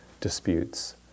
disputes